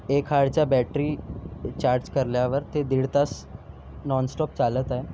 एक हारचा battery charge केल्यावर ते दीड तास नॉनस्टॉप चालत आहे